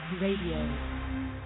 Radio